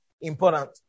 important